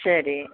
சரி